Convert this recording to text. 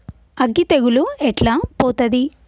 అగ్గి తెగులు ఎట్లా పోతది?